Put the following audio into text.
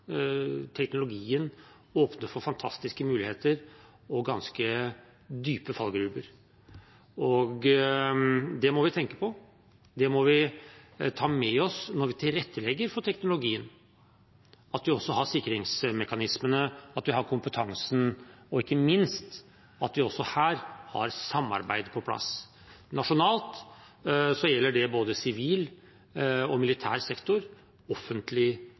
Teknologien åpner for fantastiske muligheter og ganske dype fallgruver. Det vi må tenke på, og det vi må ta med oss når vi tilrettelegger for teknologien, er at vi også har sikringsmekanismene, at vi har kompetansen, og ikke minst at vi også her har samarbeidet på plass. Nasjonalt gjelder det både sivil og militær sektor,